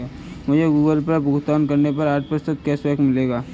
मुझे Google Pay भुगतान करने पर आठ प्रतिशत कैशबैक मिला है